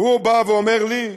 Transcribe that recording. והוא בא ואומר לי,